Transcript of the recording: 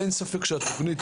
אין ספק שהתוכנית,